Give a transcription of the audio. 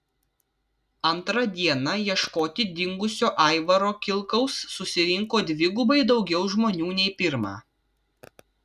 antrą dieną ieškoti dingusio aivaro kilkaus susirinko dvigubai daugiau žmonių nei pirmą